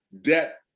Debt